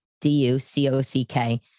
D-U-C-O-C-K